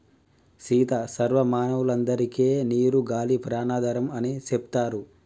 సీత సర్వ మానవులందరికే నీరు గాలి ప్రాణాధారం అని సెప్తారు